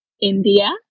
india